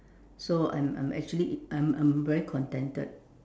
so I'm I'm actually I'm I'm very contented